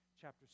Chapter